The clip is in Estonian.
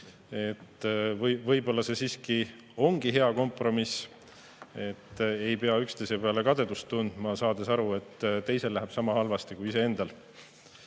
võib-olla see siiski ongi hea kompromiss, et ei pea üksteise vastu kadedust tundma, saades aru, et teisel läheb sama halvasti kui iseendal.